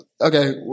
Okay